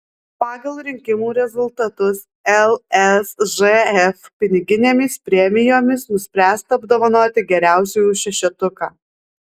pagal rinkimų rezultatus lsžf piniginėmis premijomis nuspręsta apdovanoti geriausiųjų šešetuką